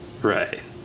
right